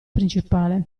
principale